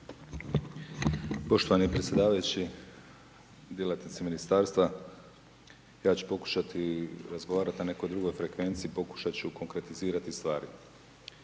Poštovani predsjedavajući, djelatnici Ministarstva, ja ću pokušati i razgovarati na nekoj drugoj frekvenciji, pokušati ću konkretizirati stvari.